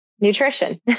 nutrition